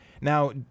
Now